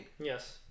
Yes